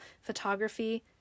Photography